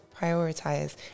prioritize